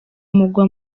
mugwa